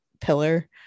pillar